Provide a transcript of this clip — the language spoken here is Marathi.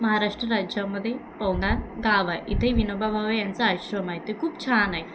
महाराष्ट्र राज्यामध्ये पवनार गाव आहे इथे विनोबा बावे यांचं आश्रम आहे ते खूप छान आहे